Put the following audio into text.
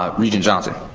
ah regent johnson.